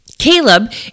Caleb